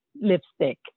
lipstick